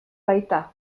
baita